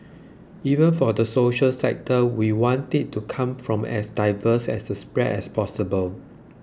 even for the social sector we want it to come from as diverse as a spread as possible